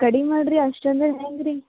ಕಡಿಮೆ ಮಾಡಿರಿ ಅಷ್ಟಂದರೆ ಹ್ಯಾಂಗೆ ರೀ